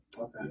Okay